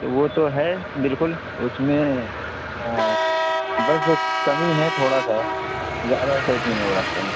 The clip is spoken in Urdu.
تو وہ تو ہے بالکل اس میں بس کمی ہے تھوڑا سا زیادہ سیٹ نہیں رکھتے ہیں